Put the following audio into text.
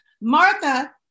martha